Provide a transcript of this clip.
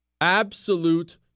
Absolute